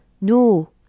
no